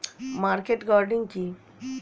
Market gardening কি?